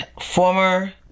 former